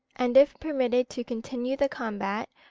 and if permitted to continue the combat,